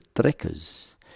trekkers